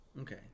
Okay